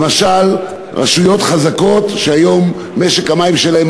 למשל רשויות חזקות שהיום משק המים שלהן